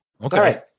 Okay